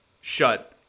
shut